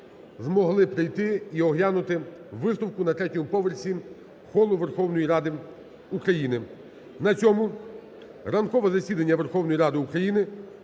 змогли прийти і оглянути виставку на третьому поверсі в холі Верховної Ради України. На цьому ранкове засідання Верховної Ради України